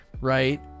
right